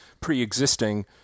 pre-existing